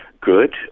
good